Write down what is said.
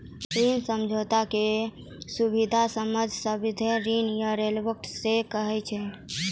ऋण समझौता के सुबिधा समझौता, सावधि ऋण या रिवॉल्बर सेहो कहै छै